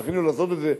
זכינו לעשות את זה,